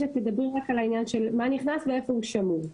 רגע תדברי רק על העניין של מה נכנס ואיפה הוא שמור.